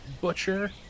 butcher